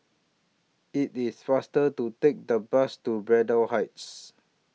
IT IS faster to Take The Bus to Braddell Heights